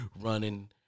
running